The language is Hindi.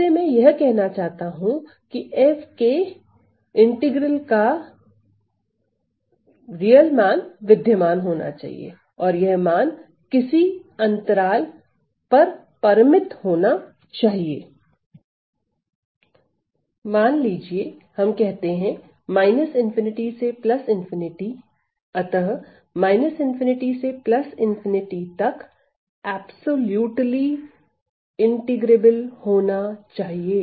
इससे मैं यह कहना चाहता हूं की f के समाकल का परिशुद्ध मान विद्यमान होना चाहिए और यह मान किसी अंतराल पर परिमित होना चाहिए मान लीजिए हम कहते हैं ∞ से ∞ अतः ∞ से ∞ तक परिशुद्ध समाकलनीय होना चाहिए